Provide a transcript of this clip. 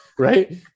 Right